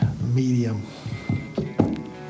medium